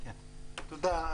תודה,